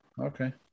Okay